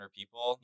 people